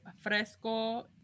Fresco